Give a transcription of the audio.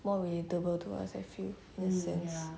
more relatable to us I feel in that sense